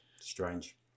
strange